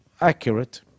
accurate